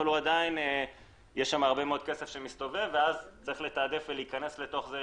אבל עדיין יש שם הרבה מאוד כסף שמסתובב וצריך לתעדף ולהיכנס לתוך זה,